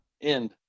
end